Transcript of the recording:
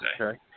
Okay